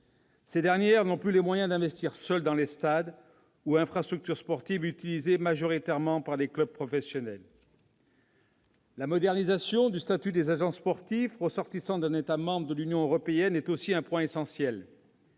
Ces dernières n'ont plus les moyens d'investir seules dans des stades ou infrastructures sportives utilisés majoritairement par des clubs professionnels. La modernisation du statut des agents sportifs ressortissants d'un État membre de l'Union européenne est aussi un point essentiel.